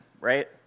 right